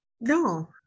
No